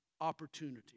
opportunity